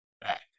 back